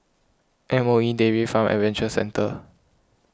M O E Dairy Farm Adventure Centre